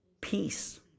Peace